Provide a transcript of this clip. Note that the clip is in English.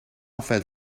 felt